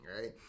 right